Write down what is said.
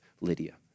Lydia